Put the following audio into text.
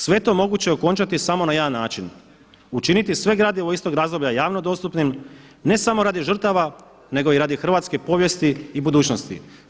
Sve je to moguće okončati samo na jedan način, učiniti sve gradivo iz tog razdoblja javno dostupnim, ne samo radi žrtava nego i radi hrvatske povijesti i budućnosti.